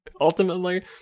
ultimately